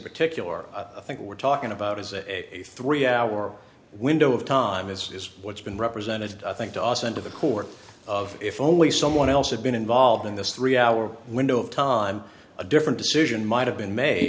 particular i think we're talking about is a three hour window of time is what's been represented i think also into the core of if only someone else had been involved in this three hour window of time a different decision might have been ma